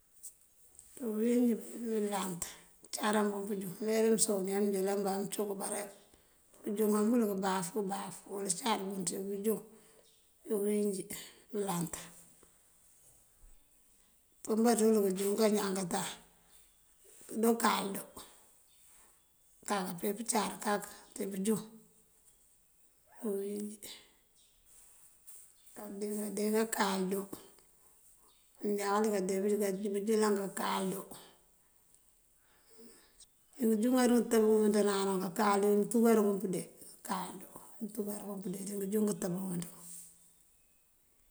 Ţí beëwín injí bëlant cáaran bun pëënjuŋ mëëwelí usumbi ambii mëëmbá, amëcúnk bárek unjúŋ pël këbáaf këbaf uwul cáarun ţí bëënjuŋ ţí bëëwínjí: bëlant. Pën mbáa ţíwul këënjukën ñaankaatan, ndookalëdu ákaka apee pëëncár kak ţí bëënjuŋ ţí bëëwín injí. Diná kalëdu ndáank káande bëënjílan káakalëdu. Ţí bëënjuŋar ngëëntëb ngëëmëënţ dáanangun káakalëdun ndí túukaarun pëënde, káalundu ndi túukaarun pëënde ngëënjuŋ ngëëntëb ngëëmëënţúngun.